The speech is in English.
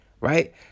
Right